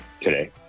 today